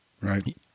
Right